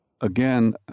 again